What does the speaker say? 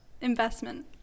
investment